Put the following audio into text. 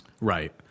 Right